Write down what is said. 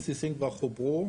שני בסיסים כבר חוברו